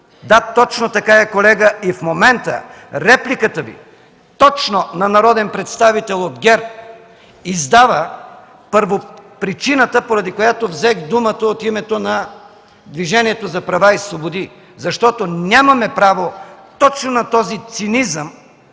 Да, точно така е, колега. В момента репликата Ви точно на народен представител от ГЕРБ издава първопричината, поради която взех думата от името на Движението за права и свободи, защото нямаме право точно на този цинизъм